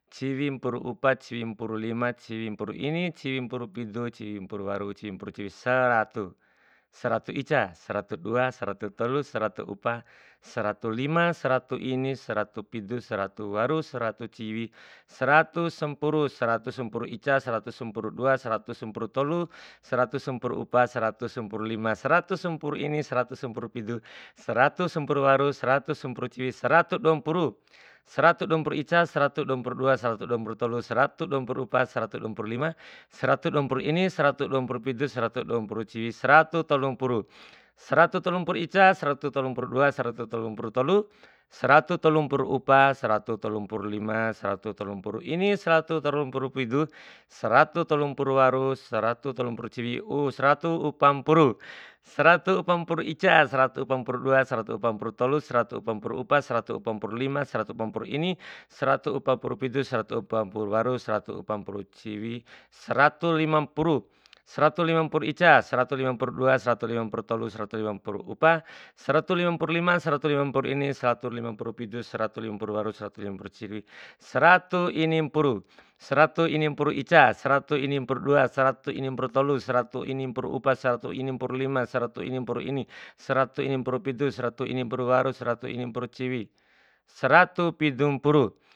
Ciwimpuru upa, ciwimpuru lima, ciwimpuru ini, ciwimpuru pidu, ciwimpuru waru, ciwimpuru ciwi, seratu, seratu ica, seratu dua, seratu tolu, seratu upa, seratu lima, seratu ini, seratu pidu, seratu waru, seratu ciwi, seratu sampuru, seratu sampuru ica, seratu sampuru dua, seratu sampuru tolu, seratu sampuru upa, seratu sampuru lima, seratu sampuru ini, seratu sampuru pidu, seratu sampuru waru, seratu sampuru ciwi, seratu duapuru, seratu duapuru ica, seratu duapuru dua, seratu duapuru tolu, seratu duapuru upa, seratu duapuru lima, seratu duapuru ini, seratu duapuru pidu, seratu duapuru waru, seratu duapuru ciwi, seratu tolumpuru, seratu tolumpuru ica, seratu tolumpuru dua, seratu tolumpuru tolu, seratu tolumpuru upa, seratu tolumpuru lima, seratu tolumpuru ini, seratu tolumpuru pidu, seratu tolumpuru waru, seratu tolumpuru ciwi, seratu umpampuru, seratu umpampuru ica, seratu umpampuru dua, seratu umpampuru tolu, seratu umpampuru upa, seratu umpampuru lima, seratu umpampuru ini, seratu umpampuru pidu, seratu umpampuru waru, seratu umpampuru ciwi, seratu limampuru, seratu limampuru ica, seratu limampuru dua, seratu limampuru tolu, seratu limampuru upa, seratu limampuru lima, seratu limampuru ini, seratu limampuru pidu, seratu limampuru waru, seratu limampuru ciwi, seratu inimpuru, seratu inimpuru ica, seratu inimpuru dua, seratu inimpuru tolu, seratu inimpuru upa, seratu inimpuru lima, seratu inimpuru ini, seratu inimpuru pidu, seratu inimpuru waru, seratu inimpuru ciwi, seratu pidumpuru.